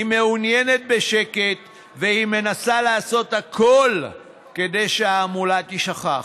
היא מעוניינת בשקט והיא מנסה לעשות הכול כדי שההמולה תישכח.